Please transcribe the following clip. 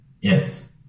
Yes